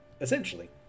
Essentially